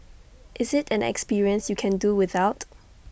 is IT an experience you can do without